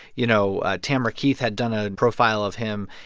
you know, tamara keith had done a profile of him.